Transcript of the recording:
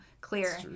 clear